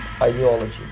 ideology